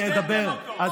לא סיפרת על הרבה דברים,